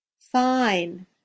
Fine